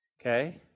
okay